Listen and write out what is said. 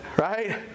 right